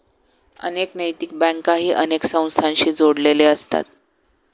अनेक नैतिक बँकाही अनेक संस्थांशी जोडलेले असतात